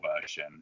version